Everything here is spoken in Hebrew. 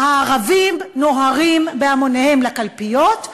"הערבים נוהרים בהמוניהם לקלפיות",